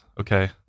Okay